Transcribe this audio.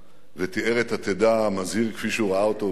ותיאר את עתידה המזהיר, כפי שהוא ראה אותו בחזונו,